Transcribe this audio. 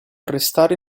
arrestare